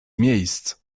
miejsc